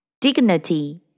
Dignity